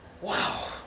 wow